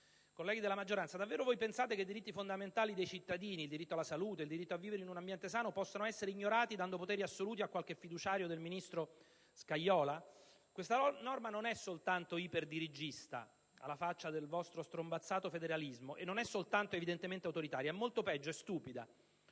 colleghi della maggioranza, davvero voi pensate che i diritti fondamentali dei cittadini (come il diritto alla salute e il diritto a vivere in un ambiente sano) possano essere ignorati dando poteri assoluti a qualche fiduciario del ministro Scajola? Questa norma non è soltanto iperdirigista (alla faccia del vostro strombazzato federalismo) e non è soltanto evidentemente autoritaria, ma è molto peggio: essa è stupida.